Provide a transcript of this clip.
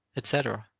etc,